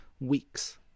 weeks